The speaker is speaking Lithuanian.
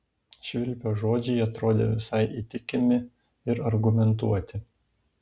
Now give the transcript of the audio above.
švilpio žodžiai atrodė visai įtikimi ir argumentuoti